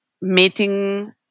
meeting